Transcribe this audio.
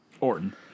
Orton